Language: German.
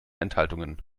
enthaltungen